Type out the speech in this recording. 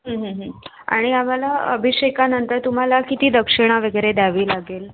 आणि आम्हाला अभिषेकानंतर तुम्हाला किती दक्षिणा वगैरे द्यावी लागेल